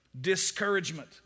Discouragement